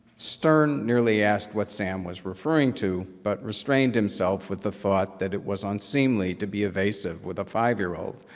stern nearly asked what sam was referring to, but restrained himself with the thought that is was unseemly to be evasive with a five year old.